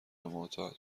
معتاد